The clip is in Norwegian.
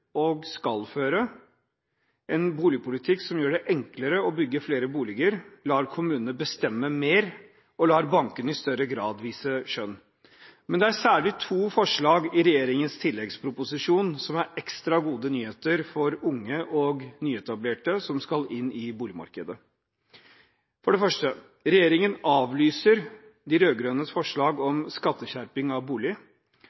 og skal føre en boligpolitikk som gjør det enklere å bygge flere boliger, lar kommunene bestemme mer og lar bankene i større grad vise skjønn. Men det er særlig to forslag i regjeringens tilleggsproposisjon som er ekstra gode nyheter for unge og nyetablerte som skal inn i boligmarkedet. For det første: Regjeringen avlyser de rød-grønnes forslag